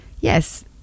yes